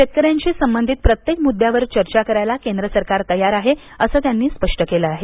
शेतकऱ्यांशी संबंधित प्रत्येक मुद्यावर चर्चा करायला केंद्र सरकार तयार आहे असं त्यांनी स्पष्ट केलं आहे